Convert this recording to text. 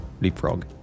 leapfrog